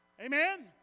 Amen